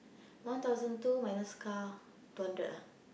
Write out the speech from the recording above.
one thousand two minus car two hundred ah